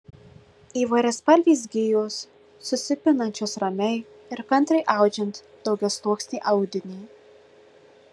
įvairiaspalvės gijos susipinančios ramiai ir kantriai audžiant daugiasluoksnį audinį